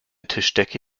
tischdecke